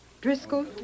Driscoll